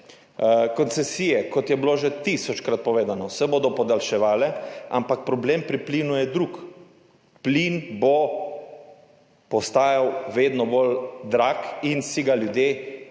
Koncesije, kot je bilo že tisočkrat povedano, se bodo podaljševale, ampak problem pri plinu je drug. Plin bo postajal vedno bolj drag in si ga ljudje tudi